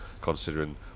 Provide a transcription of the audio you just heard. considering